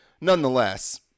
Nonetheless